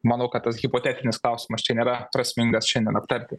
manau kad tas hipotetinis klausimas čia nėra prasmingas šiandien aptarti